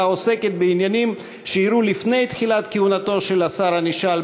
העוסקת בעניינים שאירעו לפני תחילת כהונתו של השר הנשאל,